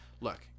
Look